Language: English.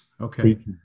okay